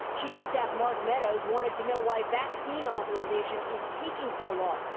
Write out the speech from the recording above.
chief of staff mark meadows wanted to know why vaccine authorization is taking so long.